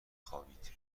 خوابید